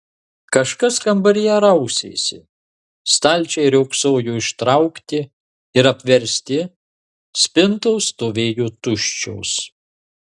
kažkas kambaryje rausėsi stalčiai riogsojo ištraukti ir apversti spintos stovėjo tuščios